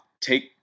take